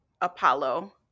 Apollo